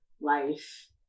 life